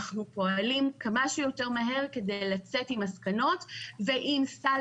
אנחנו פועלים כמה שיותר מהר כדי לצאת עם מסקנות ועם סל